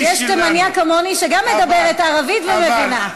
כי יש תימנייה כמוני, שגם מדברת ערבית ומבינה.